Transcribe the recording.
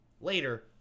Later